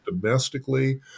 domestically